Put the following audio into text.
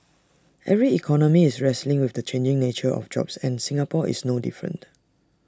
every economy is wrestling with the changing nature of jobs and Singapore is no different